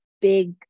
big